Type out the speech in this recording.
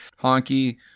Honky